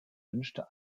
wünschte